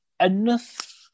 enough